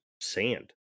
sand